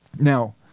Now